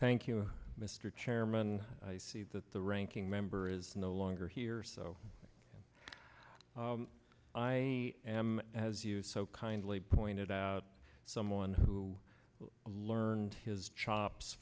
thank you mr chairman i see that the ranking member is no longer here so i am as you so kindly pointed out someone who learned his chops